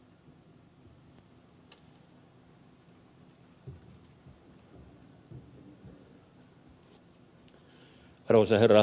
arvoisa herra puhemies